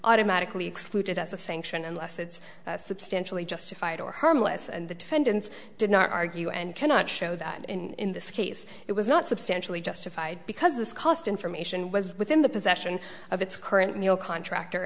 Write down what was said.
automatically excluded as a sanction unless it's substantially justified or harmless and the defendants did not argue and cannot show that in this case it was not substantially justified because this cost information was within the possession of its current mill contractor